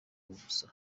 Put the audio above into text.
ubusa